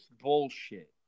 bullshit